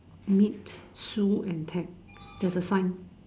meet Sue and Ted there's a sign